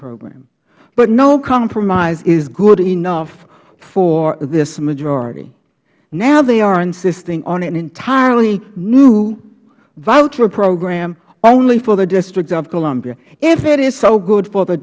program but no compromise is good enough for this majority now they are insisting on an entirely new voucher program only for the district of columbia if it is so good for the